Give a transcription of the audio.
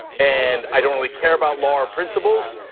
and i don't really care about law or principles,